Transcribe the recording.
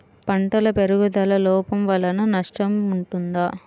పంటల పెరుగుదల లోపం వలన నష్టము ఉంటుందా?